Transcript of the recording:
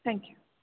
thank you